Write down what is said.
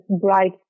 bright